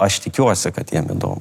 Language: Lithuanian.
aš tikiuosi kad jiem įdomu